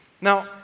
Now